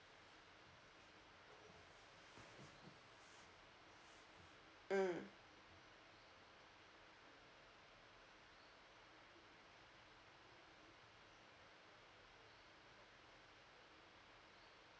mm